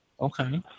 okay